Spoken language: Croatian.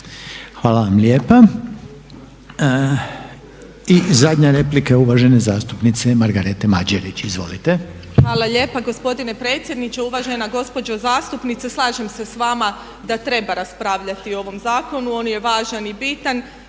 Hvala lijepa. I zadnja replika je uvažene zastupnice Margarete Mađerić. Izvolite. **Mađerić, Margareta (HDZ)** Hvala lijepa gospodine predsjedniče. Uvažena gospođo zastupnice. Slažem se s vama da treba raspravljati o ovom zakonu. On je važan i bitan.